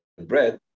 bread